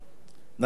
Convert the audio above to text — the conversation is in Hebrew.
נא להצביע.